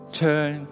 turn